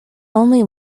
only